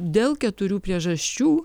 dėl keturių priežasčių